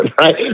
right